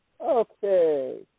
Okay